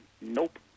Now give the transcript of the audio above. Nope